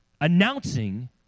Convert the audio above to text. announcing